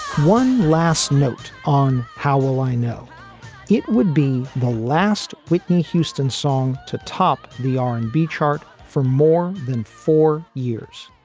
one last note on how will i know it would be the last whitney houston song to top the r and b chart for more than four years,